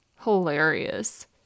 hilarious